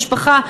משפחה,